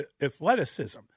athleticism